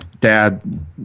Dad